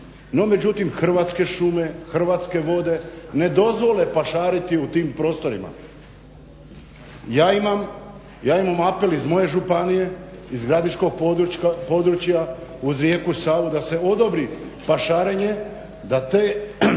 međutim Hrvatske šume, Hrvatske vode ne dozvole pašariti u tim prostorima. Ja imam apel iz moje županije, iz Gradiškog područja uz rijeku Savu da se odobri pašarenje da te